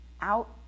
out